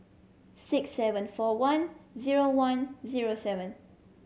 six seven four one zero one zero seven